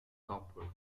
comfort